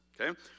okay